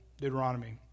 Deuteronomy